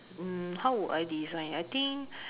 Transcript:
mm how would I design I think